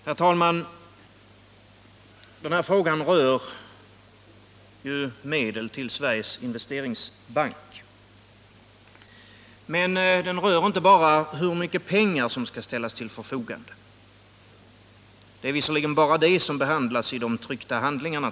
Herr talman! Det här ärendet gäller frågan om kapitaltillskott till Investeringsbanken, och det är bara den frågan som har behandlats i de tryckta handlingarna.